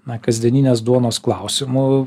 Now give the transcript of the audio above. na kasdieninės duonos klausimu